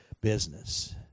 business